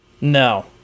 No